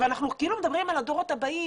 אנחנו מדברים על הדורות הבאים,